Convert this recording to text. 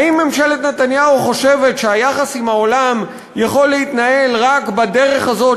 האם ממשלת נתניהו חושבת שהיחס עם העולם יכול להתנהל רק בדרך הזאת,